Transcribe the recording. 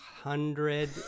Hundred